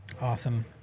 Awesome